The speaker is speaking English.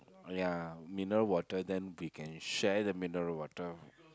ya mineral water then we can share the mineral water